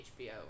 HBO